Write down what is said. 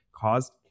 caused